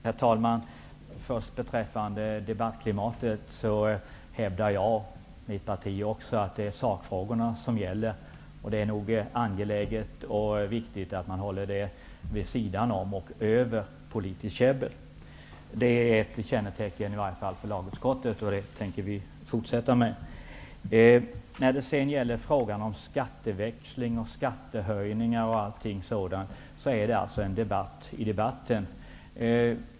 Herr talman! Vad gäller debattklimatet, hävdar jag och mitt parti att det är sakfrågorna som gäller, och det är angeläget och viktigt att man håller det vid sidan av och över politiskt käbbel. Det är i varje fall ett av lagutskottets kännetecken, som vi tänker fortsätta ha. Frågan om skatteväxling och skattehöjning är en debatt i debatten.